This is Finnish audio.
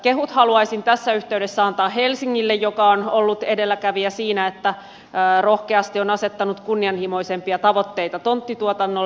kehut haluaisin tässä yhteydessä antaa helsingille joka on ollut edelläkävijä siinä että rohkeasti on asettanut kunnianhimoisempia tavoitteita tonttituotannolle